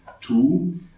two